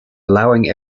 allowing